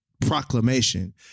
proclamation